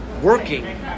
working